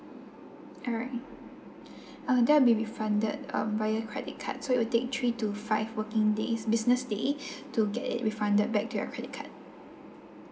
alright uh that'll be refunded um by your credit card so it'll take three to five working days business day to get it refunded back to your credit card